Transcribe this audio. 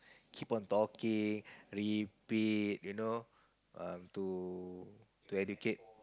keep on talking repeat you know err to to educate